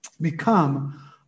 become